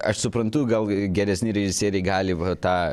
aš suprantu gal geresni režisieriai gali va tą